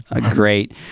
great